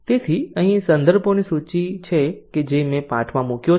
તેથી અહીં સંદર્ભોની સૂચિ છે કે જે મેં પાઠમાં મૂક્યો છે